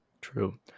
True